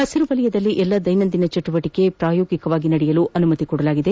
ಹಸಿರು ವಲಯದಲ್ಲಿ ಎಲ್ಲಾ ದೈನಂದಿನ ಚಟುವಟಿಕೆಗಳು ಪ್ರಾಯೋಗಿಕವಾಗಿ ನಡೆಯಲು ಅನುಮತಿ ನೀಡಲಾಗಿದೆ